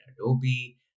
Adobe